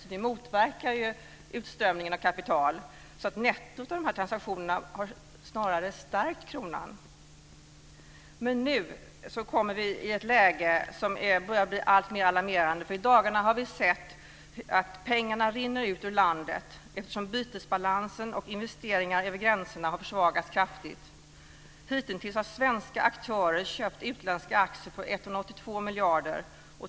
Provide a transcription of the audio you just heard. Detta motverkar utströmningen av kapital så att nettot av dessa transaktioner snarare har stärkt kronan. Men vi kommer nu i ett läge som börjar bli alltmer alarmerande, för vi har i dagarna sett hur pengarna rinner ut ur landet till följd av att bytesbalansen och investeringar över gränserna har försvagats kraftigt. Hitintills har svenska aktörer köpt utländska aktier för 182 miljarder svenska kronor.